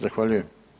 Zahvaljujem.